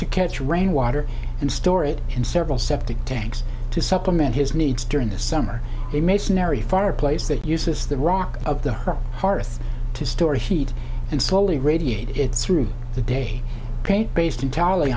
to catch rainwater and store it in several septic tanks to supplement his needs during the summer they may scenary fireplace that uses the rock of the her hearth to store heat and slowly radiate its through the day paint based entirely